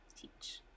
teach